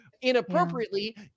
inappropriately